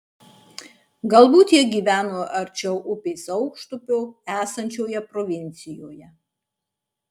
galbūt jie gyveno arčiau upės aukštupio esančioje provincijoje